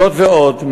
זאת ועוד,